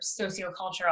sociocultural